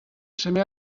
seme